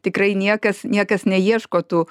tikrai niekas niekas neieško tų